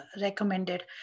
recommended